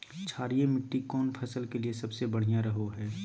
क्षारीय मिट्टी कौन फसल के लिए सबसे बढ़िया रहो हय?